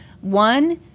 One